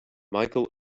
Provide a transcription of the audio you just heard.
michael